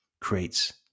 creates